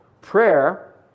Prayer